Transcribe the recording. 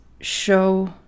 show